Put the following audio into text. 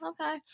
okay